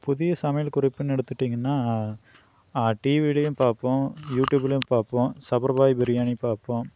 புதிய சமையல் குறிப்புன்னு எடுத்துக்கிட்டிங்கன்னா டிவிலையும் பார்ப்போம் யூடியூப்லையும் பார்ப்போம் சபர் பாய் பிரியாணி பார்ப்போம்